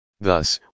Thus